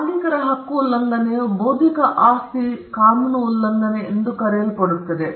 ಮಾಲೀಕರ ಹಕ್ಕು ಉಲ್ಲಂಘನೆಯು ಬೌದ್ಧಿಕ ಆಸ್ತಿ ಕಾನೂನು ಉಲ್ಲಂಘನೆ ಎಂದು ಕರೆಯಲ್ಪಡುತ್ತದೆ